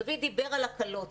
דויד דיבר על הקלות.